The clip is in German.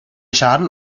schaden